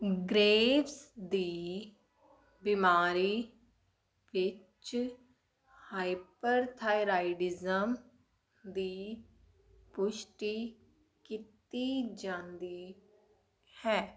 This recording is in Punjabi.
ਗ੍ਰੇਵਜ਼ ਦੀ ਬਿਮਾਰੀ ਵਿੱਚ ਹਾਈਪਰਥਾਇਰਾਇਡਿਜ਼ਮ ਦੀ ਪੁਸ਼ਟੀ ਕੀਤੀ ਜਾਂਦੀ ਹੈ